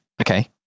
okay